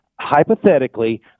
hypothetically